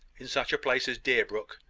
in such a place as deerbrook,